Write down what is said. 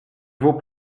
vaut